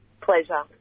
Pleasure